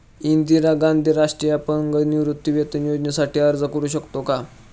इंदिरा गांधी राष्ट्रीय अपंग निवृत्तीवेतन योजनेसाठी अर्ज करू शकतो का?